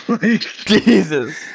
Jesus